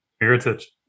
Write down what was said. Heritage